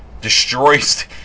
Destroys